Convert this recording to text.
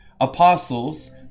apostles